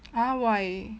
uh why